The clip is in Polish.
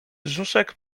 brzuszek